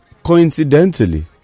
coincidentally